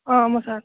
ஆ ஆமாம் சார்